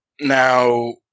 now